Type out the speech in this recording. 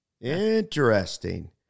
Interesting